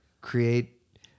create